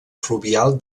fluvial